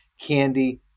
Candy